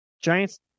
Giants